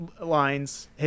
lines